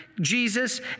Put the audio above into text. Jesus